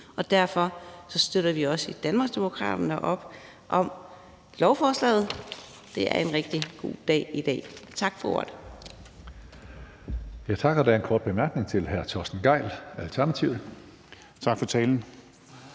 Derfor støtter vi også i Danmarksdemokraterne op om lovforslaget – det er en rigtig god dag i dag. Tak for ordet.